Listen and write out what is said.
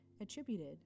attributed